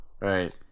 right